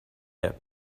yet